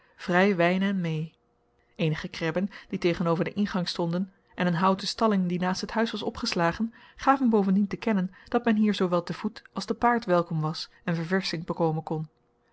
vrij wijn en meê eenige krebben die tegenover den ingang stonden en een houten stalling die naast het huis was opgeslagen gaven bovendien te kennen dat men hier zoowel te voet als te paard welkom was en verversching bekomen kon